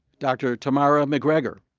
dr. tamara mcgregor,